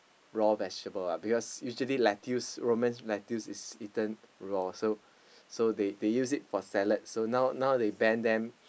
raw vegetable ah because usually lettuce Roman's lettuce is eaten raw so so they they use it for salad so now now they ban them